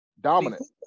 dominant